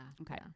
Okay